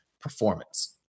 performance